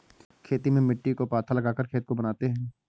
खेती में मिट्टी को पाथा लगाकर खेत को बनाते हैं?